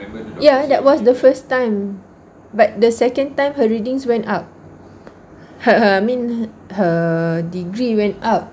ya that was the first time but the second time her readings went up her her mean her degree went up